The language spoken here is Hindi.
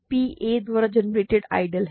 P a द्वारा जनरेटेड आइडियल है